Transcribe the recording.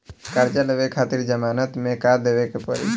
कर्जा लेवे खातिर जमानत मे का देवे के पड़ी?